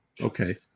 Okay